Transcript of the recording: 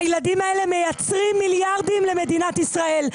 הילדים האלה מייצרים מיליארדים למדינת ישראל.